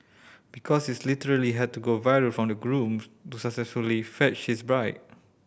because it literally had to go viral for the groom to successfully fetch his bride